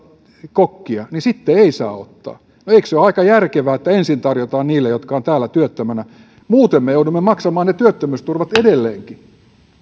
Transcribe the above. kokkia niin sitten ei saa ottaa eikö se ole aika järkevää että ensin tarjotaan niille jotka ovat täällä työttöminä muuten me joudumme maksamaan ne työttömyysturvat edelleenkin